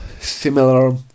similar